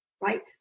right